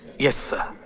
yes, sir.